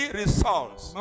results